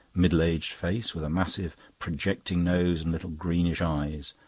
middle-aged face, with a massive projecting nose and little greenish eyes,